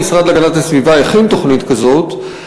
המשרד להגנת הסביבה הכין תוכנית כזאת,